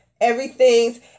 everything's